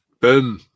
Ben